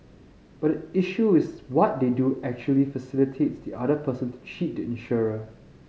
but the issue is what they do actually facilitates the other person to cheat the insurer